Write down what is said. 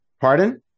pardon